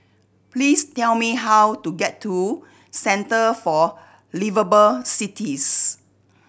please tell me how to get to Centre for Liveable Cities